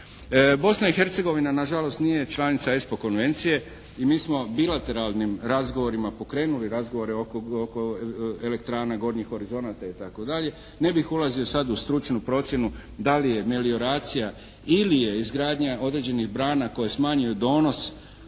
Bosna i Hercegovina na žalost nije članica SPO konvencije i mi smo bilateralnim razgovorima pokrenuli razgovore oko elektrana, gornjih horizonata itd. Ne bih ulazio sad u stručnu procjenu da li je melioracija ili je izgradnja određenih brana koje smanjuju donos